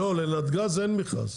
לא, לנתג"ז אין מכרז.